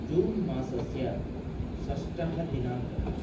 जून् मासस्य षष्टः दिनाङ्कः